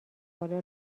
بالا